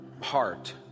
heart